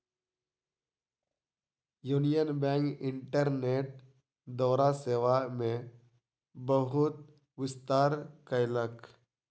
union bank internet द्वारा सेवा मे बहुत विस्तार कयलक